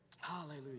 Hallelujah